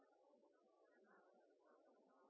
har gode rutinar på det.